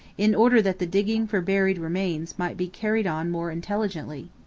in order that the digging for buried remains might be carried on more intelligently.